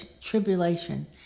tribulation